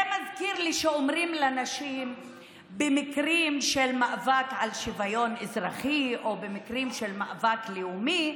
זה מזכיר לי שבמקרים של מאבק על שוויון אזרחי או במקרים של מאבק לאומי,